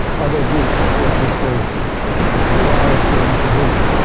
other groups that this was the wise thing to do.